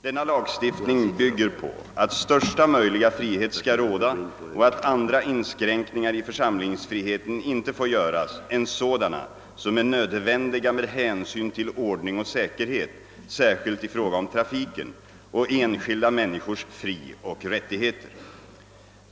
Denna lagstiftning bygger på att största möjliga frihet skall råda och att andra inskränkningar i församlingsfriheten inte får göras än sådana som är nödvändiga med hänsyn till ordning och sä kerhet — särskilt i fråga om trafiken — och enskilda människors frioch rättigheter.